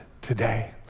today